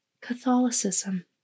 Catholicism